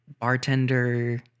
bartender